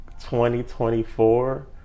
2024